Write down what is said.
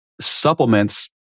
supplements